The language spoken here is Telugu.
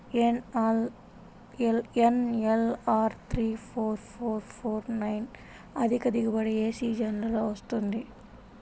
NLR three four four four nine అధిక దిగుబడి ఏ సీజన్లలో వస్తుంది?